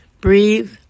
breathe